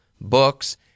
books